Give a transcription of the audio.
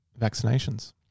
vaccinations